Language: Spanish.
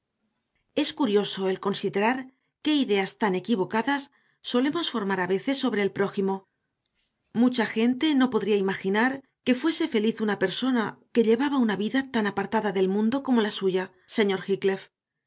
es curioso el considerar qué ideas tan equivocadas solemos formar a veces sobre el prójimo mucha gente no podría imaginar que fuese feliz una persona que llevaba una vida tan apartada del mundo como la suya señor